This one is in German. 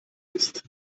ist